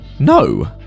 No